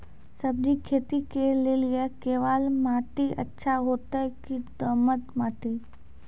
सब्जी खेती के लेली केवाल माटी अच्छा होते की दोमट माटी?